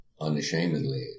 unashamedly